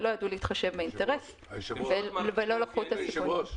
ולא ידעו להתחשב באינטרס ולא לקחו את הסיכון.